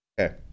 Okay